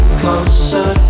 closer